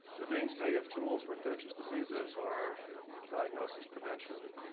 the mainstay of tools for infectious diseases are diagnosis, prevention,